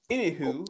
Anywho